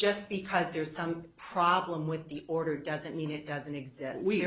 just because there's some problem with the order doesn't mean it doesn't exist we